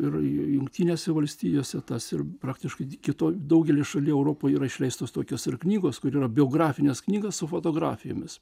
ir jungtinėse valstijose tas ir praktiškai kitoj daugely šalių europoj yra išleistos tokios ir knygos kur yra biografinės knygas su fotografijomis